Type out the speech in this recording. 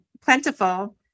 plentiful